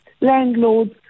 landlords